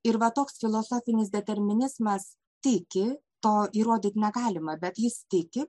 ir va toks filosofinis determinizmas tiki to įrodyti negalima bet jis tiki